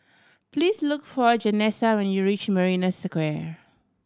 please look for Janessa when you reach Marina Square